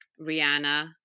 Rihanna